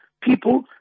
people